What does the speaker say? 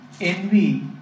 envy